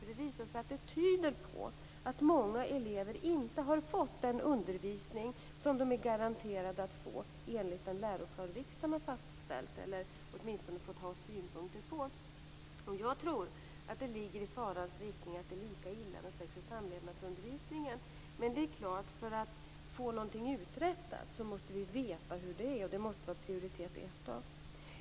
Det visar sig att den tyder på att många elever inte har fått den undervisning som de är garanterade enligt den läroplan riksdagen har fastställt eller åtminstone har fått ha synpunkter på. Jag tror att det ligger i farans riktning att det är lika illa med sex och samlevnadsundervisningen. Men det är klart att vi för att få någonting uträttat måste veta hur det är, och det måste vara prioriterat.